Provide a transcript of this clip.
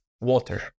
water